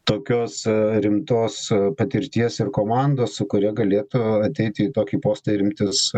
tokios rimtos patirties ir komandos su kuria galėtų ateiti tokį postą ir imtis